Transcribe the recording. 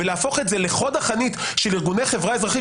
והופכים את זה לחוד החנית של ארגוני חברה אזרחית